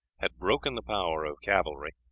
had broken the power of cavalry,